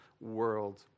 world